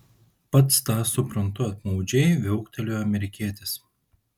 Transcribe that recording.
pats tą suprantu apmaudžiai viauktelėjo amerikietis